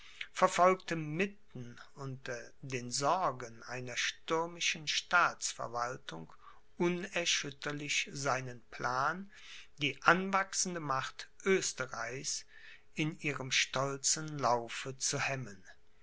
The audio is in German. verfolgte mitten unter den sorgen einer stürmischen staatsverwaltung unerschütterlich seinen plan die anwachsende macht oesterreichs in ihrem stolzen laufe zu hemmen